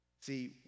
See